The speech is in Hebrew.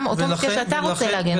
גם אותו משקיע שאתה רוצה להגן עליו.